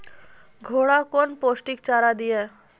घोड़ा कौन पोस्टिक चारा दिए?